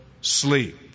sleep